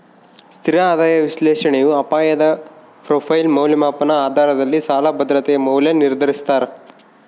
ಸ್ಥಿರ ಆದಾಯ ವಿಶ್ಲೇಷಣೆಯು ಅಪಾಯದ ಪ್ರೊಫೈಲ್ ಮೌಲ್ಯಮಾಪನ ಆಧಾರದಲ್ಲಿ ಸಾಲ ಭದ್ರತೆಯ ಮೌಲ್ಯ ನಿರ್ಧರಿಸ್ತಾರ